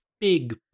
big